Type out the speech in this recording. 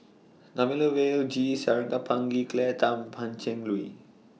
Thamizhavel G Sarangapani Claire Tham Pan Cheng Lui